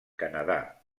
canadà